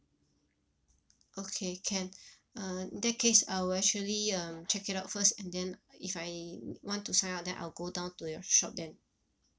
okay can uh in that case I will actually um check it out first and then if I want to sign up then I'll go down to your shop then